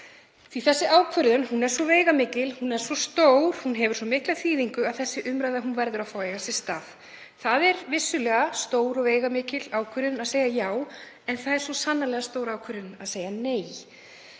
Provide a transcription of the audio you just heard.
Þessi ákvörðun er svo veigamikil, hún er svo stór og hún hefur svo mikla þýðingu að umræðan verður að fá að eiga sér stað. Það er vissulega stór og veigamikil ákvörðun að segja já, en það er svo sannarlega stór ákvörðun að segja nei